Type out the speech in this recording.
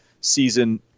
season